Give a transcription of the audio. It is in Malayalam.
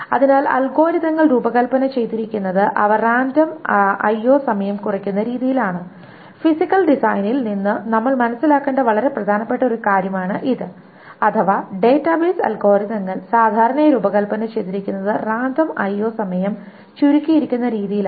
അതിനാൽ അൽഗോരിതങ്ങൾ രൂപകൽപ്പന ചെയ്തിരിക്കുന്നത് അവ റാൻഡം IO RandomIO സമയം കുറയ്ക്കുന്ന രീതിയിലാണ് ഫിസിക്കൽ ഡിസൈനിൽ നിന്ന് നമ്മൾ മനസ്സിലാക്കേണ്ട വളരെ പ്രധാനപ്പെട്ട ഒരു കാര്യമാണ് ഇത് അഥവാ ഡാറ്റാബേസ് അൽഗോരിതങ്ങൾ സാധാരണയായി രൂപകൽപ്പന ചെയ്തിരിക്കുന്നത് റാൻഡം IO Random IO സമയം ചുരുക്കിയിരിക്കുന്ന രീതിയിലാണ്